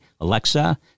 Alexa